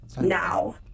Now